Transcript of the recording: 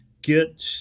get